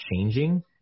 changing